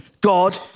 God